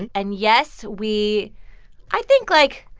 and and yes, we i think, like,